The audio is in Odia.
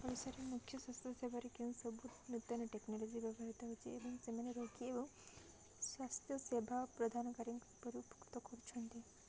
ଓଡ଼ିଶାରେ ମୁଖ୍ୟ ସ୍ୱାସ୍ଥ୍ୟ ସେବାରେ କେଉଁ ସବୁ ନୂତନ ଟେକ୍ନୋଲୋଜି ବ୍ୟବହୃତ ହେଉଛି ଏବଂ ସେମାନେ ରୋଗୀ ଓ ସ୍ୱାସ୍ଥ୍ୟ ସେବା ପ୍ରଦାନକାରୀଙ୍କ ଉପରିଭୁକ୍ତ କରୁଛନ୍ତି